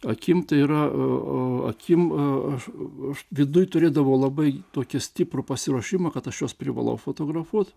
akim tai yra a akim aš aš viduj turėdavau labai tokį stiprų pasiruošimą kad aš juos privalau fotografuot